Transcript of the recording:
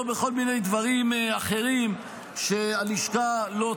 בכל מיני דברים אחרים שהלשכה לא צריכה,